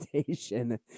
station